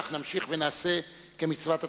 נמשיך ונעשה כמצוות התקנון.